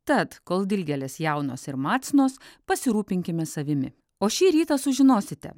tad kol dilgėlės jaunos ir macnos pasirūpinkime savimi o šį rytą sužinosite